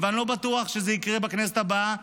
ואני לא בטוח שזה יקרה בכנסת הבאה,